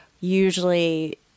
usually